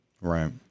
Right